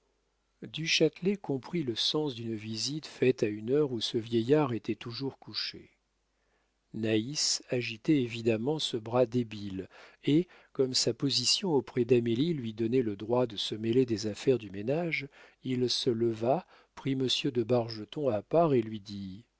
du châtelet comprit le sens d'une visite faite à une heure où ce vieillard était toujours couché naïs agitait évidemment ce bras débile et comme sa position auprès d'amélie lui donnait le droit de se mêler des affaires du ménage il se leva prit monsieur de bargeton à part et lui dit